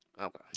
Okay